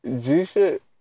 G-shit